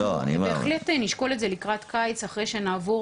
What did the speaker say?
אנחנו כרגע בוחנים את המדיניות.